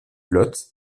lot